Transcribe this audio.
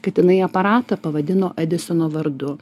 kad jinai aparatą pavadino edisono vardu